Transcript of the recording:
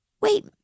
Wait